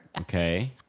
Okay